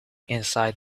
inside